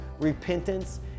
repentance